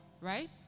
right